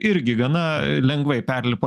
irgi gana lengvai perlipo